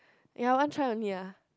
ya I want try again ah